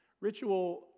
Ritual